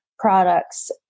products